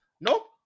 Nope